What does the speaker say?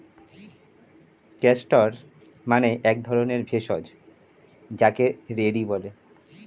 castor মানে এক ধরণের ভেষজ যাকে রেড়ি বলে